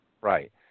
Right